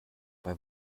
bei